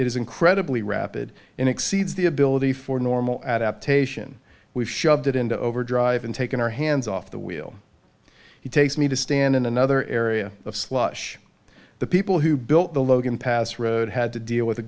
is incredibly rapid and exceeds the ability for normal adaptation we've shoved it into over drive and taken our hands off the wheel he takes me to stand in another area of slush the people who built the logan pass road had to deal with